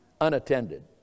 Unattended